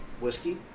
whiskey